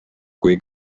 kui